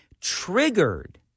triggered